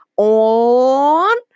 on